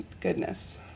goodness